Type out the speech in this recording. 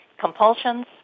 compulsions